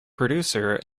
producer